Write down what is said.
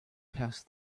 passed